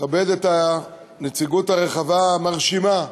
אני מכבד את הנציגות הרחבה, המרשימה,